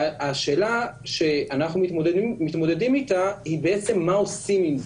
השאלה שאנחנו מתמודדים איתה היא בעצם מה עושים עם זה.